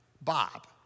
Bob